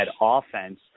offense